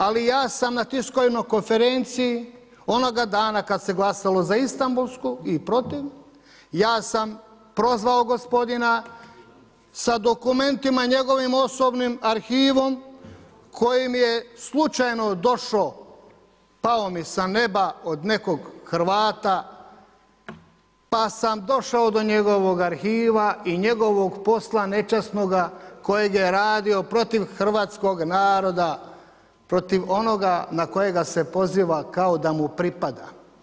Ali ja sam na tiskovnoj konferenciji onoga dana kad se glasalo za Istanbulsku i protiv, ja sam prozvao gospodina sa dokumentima njegovim osobnim arhivom koji mi je slučajno došao, pao mi sa neba od nekog Hrvata, pa sam došao do njegovog arhiva i njegovog posla nečasnoga kojeg je radio protiv hrvatskog naroda, protiv onoga na kojega se poziva kao da mu pripada.